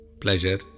Pleasure